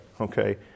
Okay